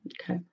Okay